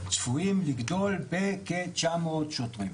צפויים לגדול בכ-900 שוטרים.